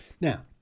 Now